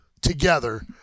together